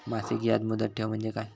मासिक याज मुदत ठेव म्हणजे काय?